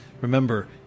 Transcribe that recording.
Remember